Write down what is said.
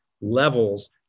levels